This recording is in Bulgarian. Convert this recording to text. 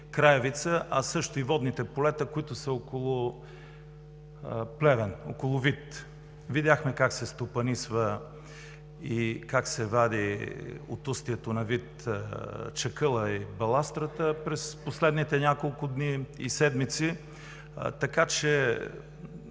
Краевица, а също и водните полета, които са около река Вит. Видяхме как се стопанисва и как се вади от устието на река Вит чакъла и баластрата през последните няколко дни и седмици.